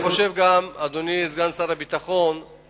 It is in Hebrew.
לא